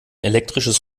elektrisches